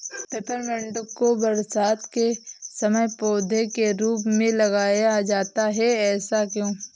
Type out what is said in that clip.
Peppermint को बरसात के समय पौधे के रूप में लगाया जाता है ऐसा क्यो?